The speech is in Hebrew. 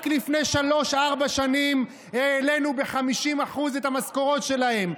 רק לפני שלוש-ארבע שנים העלינו ב-50% את המשכורות שלהם.